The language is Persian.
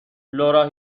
لورا